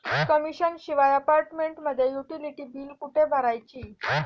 Commission शिवाय अपार्टमेंटसाठी utility बिले कुठे भरायची?